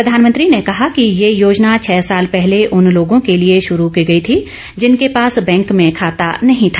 प्रधानमंत्री ने कहा कि यह योजना छह साल पहले उन लोगों के लिए शुरू की गई थी जिनके पास बैंक में खाता नहीं था